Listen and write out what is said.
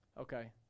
Okay